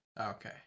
Okay